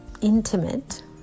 intimate